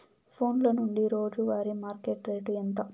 ఫోన్ల నుండి రోజు వారి మార్కెట్ రేటు ఎంత?